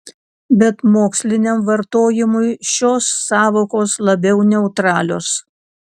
bet moksliniam vartojimui šios sąvokos labiau neutralios